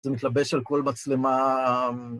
זה מתלבש על כל מצלמה.